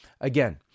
Again